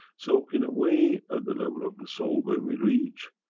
so in a way at the level of the soul, where we reach,